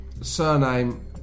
Surname